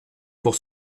pour